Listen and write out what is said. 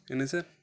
என்ன சார்